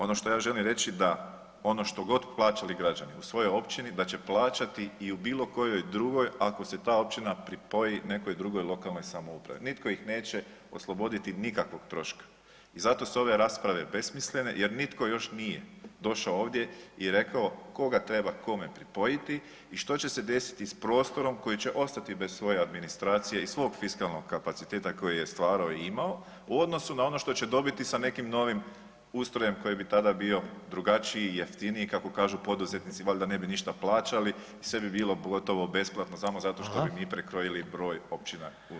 Ono što ja želim reći da ono što god plaćali građani u svojo općini da će plaćati i u bilo kojoj drugoj ako se ta općina pripoji nekoj drugoj lokalnoj samoupravi, nitko ih neće osloboditi nikakvog troška i zato su ove rasprave besmislene jer nitko još nije došao ovdje i rekao koga treba kome pripojiti i što će se desiti s prostorom koji će ostati bez svoje administracije i svog fiskalnog kapaciteta koji je stvarao i imao u odnosu na ono što će dobiti sa nekim novim ustrojem koji bi tada bio drugačiji i jeftiniji kako kažu poduzetnici, valjda ne bi ništa plaćali i sve bi bilo besplatno samo zato što bi mi prekrojili broj općina odnosno gradova.